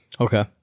Okay